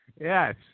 Yes